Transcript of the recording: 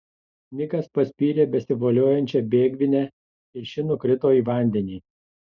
nikas paspyrė besivoliojančią bėgvinę ir ši nukrito į vandenį